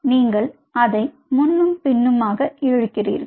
நீங்கள் அதை முன்னும் பின்னுமாக இழுக்கிறீர்கள்